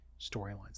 storylines